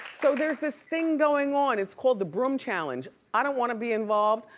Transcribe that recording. so there's this thing going on, it's called the broom challenge. i don't want to be involved,